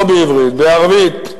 ולא בעברית,